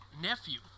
nephew